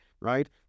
right